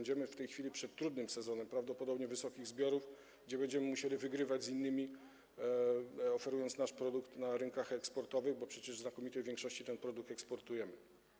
Jesteśmy w tej chwili przed trudnym sezonem - prawdopodobnie będą duże zbiory i będziemy musieli wygrywać z innymi, oferując nasze produkty na rynkach eksportowych, bo przecież w znakomitej większości te produkty eksportujemy.